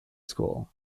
school